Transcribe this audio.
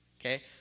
okay